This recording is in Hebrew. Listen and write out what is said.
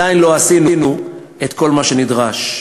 עדיין לא עשינו את כל הנדרש.